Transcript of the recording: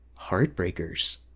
Heartbreakers